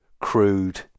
crude